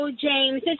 James